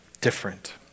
different